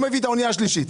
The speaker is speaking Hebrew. השלישית.